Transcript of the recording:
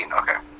okay